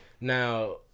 Now